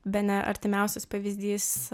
bene artimiausias pavyzdys